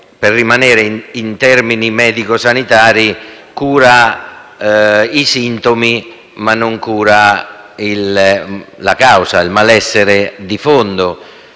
per rimanere in termini medico-sanitari - da curare sintomi ma non la causa, il malessere di fondo.